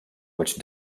which